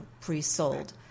pre-sold